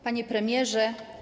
Panie Premierze!